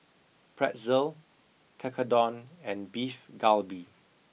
pretzel tekkadon and beef galbi